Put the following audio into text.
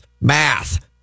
math